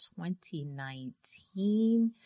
2019